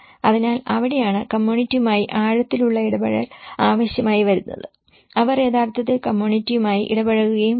അതിനാൽ അവിടെയാണ് കമ്മ്യൂണിറ്റിയുമായി ആഴത്തിലുള്ള ഇടപഴകൽ ആവശ്യമായി വരുന്നത് അവർ യഥാർത്ഥത്തിൽ കമ്മ്യൂണിറ്റിയുമായി ഇടപഴകുകയും വേണം